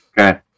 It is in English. Okay